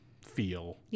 feel